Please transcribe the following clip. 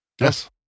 Yes